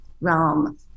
realm